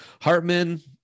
Hartman